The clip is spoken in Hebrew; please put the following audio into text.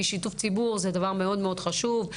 כי שיתוף ציבור זה דבר מאוד מאוד חשוב.